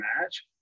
match